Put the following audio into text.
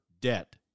debt